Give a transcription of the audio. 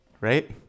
right